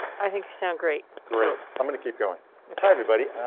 i think you sound great. great. i'm going to keep going high everybody,